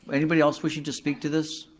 anybody else wishing to speak to this?